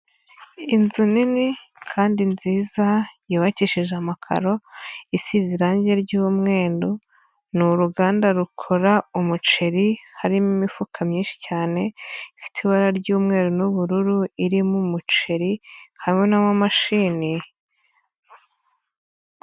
Inzu nini kandi nziza yubakishije amakaro, isize irange ry'umweru, ni uruganda rukora umuceri, harimo imifuka myinshi cyane ifite ibara ry'umweru n'ubururu irimo umuceri hamwe n'amamashini.